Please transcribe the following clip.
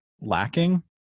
lacking